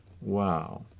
Wow